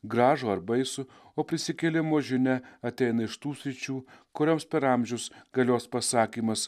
gražų ar baisų o prisikėlimo žinia ateina iš tų sričių kurioms per amžius galios pasakymas